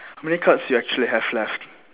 how many cards you actually have left